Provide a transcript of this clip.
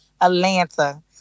Atlanta